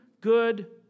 good